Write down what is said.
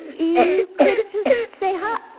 you could just say hi.